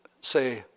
say